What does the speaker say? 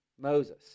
Moses